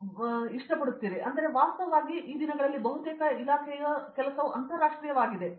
ನೀವು ತೆರೆದುಕೊಳ್ಳುವಂತಹ ಮಾನ್ಯವಾದ ಅಂಶವೆಂದರೆ ವಾಸ್ತವವಾಗಿ ಈ ದಿನಗಳಲ್ಲಿ ಬಹುತೇಕ ಇಲಾಖೆಯ ಕೆಲಸವು ಅಂತಾರಾಷ್ಟ್ರೀಯವಾಗಿದೆ ಎಂದು ಹೇಳುತ್ತದೆ